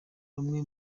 bamwe